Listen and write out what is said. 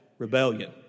rebellion